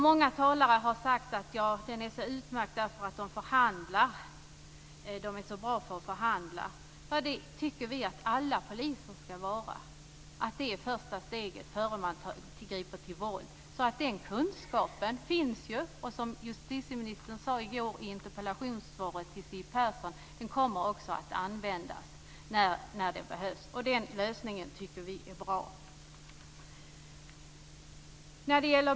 Många talare har sagt att styrkan är så utmärkt därför att de är så bra på att förhandla, men vi tycker att alla poliser skall vara det. Att förhandla är första steget, något man gör innan man griper till våld. Den kunskapen finns, och som justitieministern sade i går i sitt interpellationssvar till Siw Persson kommer den också att användas när det behövs. Den lösningen tycker vi är bra.